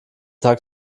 tag